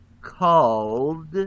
called